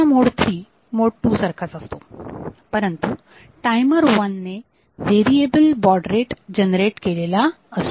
मोड 3 हा मोड 2 सारखाच असतो परंतु टायमर 1 ने व्हेरिएबल बॉड रेट जनरेट केलेला असतो